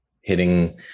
hitting